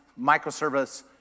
microservice